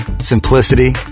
simplicity